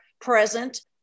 present